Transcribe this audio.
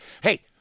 Hey